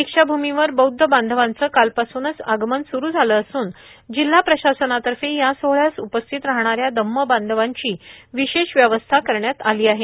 दीक्षाभूमीवर बौद्ध बांधवांचे कालपासूनच आगमन सुरू झाले असून जिल्हा प्रशासनातर्फे या सोहळ्यास उपस्थित राहणाऱ्या धम्मबांधवांची विशेष व्यवस्था करण्यात आली आहे